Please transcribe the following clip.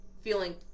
feeling